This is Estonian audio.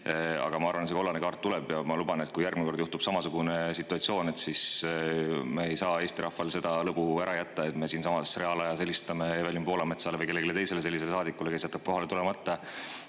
Aga ma arvan, et see kollane kaart tuleb. Ja ma luban, et kui järgmine kord juhtub samasugune situatsioon, siis me ei saa Eesti rahvale seda lõbu ära jätta, et me helistame siinsamas reaalajas, otse-eetris Evelin Poolametsale või mõnele teisele sellisele saadikule, kes jätab kohale tulemata,